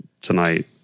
tonight